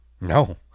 No